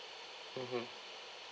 mmhmm